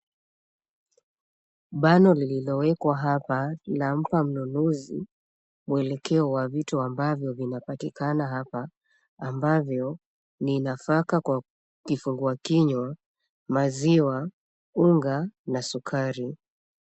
Bana lililowekwa hapa lampa mnunuzi mweleko wa vitu ambavyo vinapatikana hapa ambavyo ni nafaka kwa kifungua kinywa, maziwa, unga na sukari.